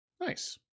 Nice